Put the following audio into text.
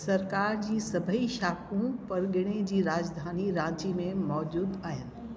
सरकार जी सभई शाखूं परगिणे जी राजधानी रांची में मौजुद आहिनि